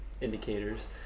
indicators